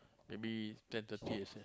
maybe ten thirty as well